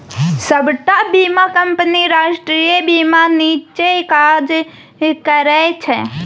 सबटा बीमा कंपनी राष्ट्रीय बीमाक नीच्चेँ काज करय छै